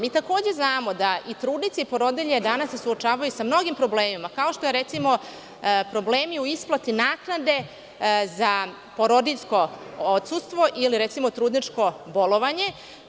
Mi takođe znamo da i trudnice i porodilje se danas suočavaju sa mnogim problemima, kao što su recimo problemi sa isplatom naknade za porodiljsko odsustvo ili recimo trudničko bolovanje.